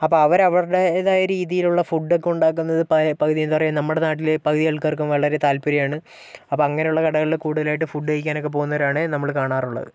അപ്പം അവര് അവരുടെതായ രീതിയിലുള്ള ഫുഡ്ഡൊക്കെ ഉണ്ടാക്കുന്നത് പകുതി എന്താ പറയുക നമ്മുടെ നാട്ടില് പകുതി ആള്ക്കാര്ക്കും വളരെ താത്പര്യം ആണ് അപ്പം അങ്ങനെയുള്ള കടകളില് കൂടുതലായിട്ട് ഫുഡ് കഴിക്കാനൊക്കെ പോന്നവരാണ് നമ്മള് കാണാറുള്ളത്